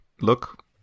look